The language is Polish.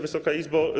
Wysoka Izbo!